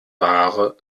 wahre